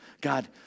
God